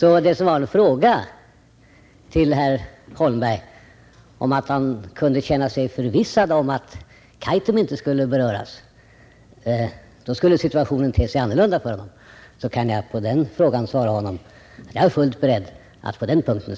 Med anledning av herr Holmbergs konstaterande att situationen skulle te sig annorlunda för honom, om han kunde känna sig förvissad om att Kaitum inte skulle beröras, kan jag på den frågan svara att jag på den punkten är fullt beredd att